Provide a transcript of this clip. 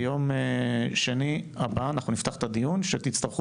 ביום שני הבא אנחנו מנפתח את הדיון שתצטרכו